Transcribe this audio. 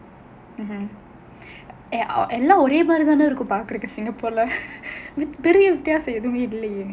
எல்லாம் ஒரே மாதிரி தானே இருக்கும் பார்க்குறது:ellaam orae maathiri thaanae irukkum paarkkurathu singapore leh பெரிய வித்தியாசம் எதும் இல்லையே:periya vithiyaasam edhum illaiyae